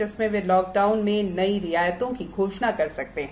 जिसमें वे लॉकडाउन में नई रियायतों की घोषणा कर सकते हैं